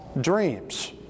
dreams